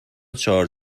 چهار